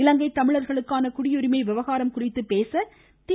இலங்கைத் தமிழர்களுக்கான குடியுரிமை விவகாரம் குறித்து பேச தி